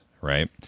right